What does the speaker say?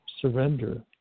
surrender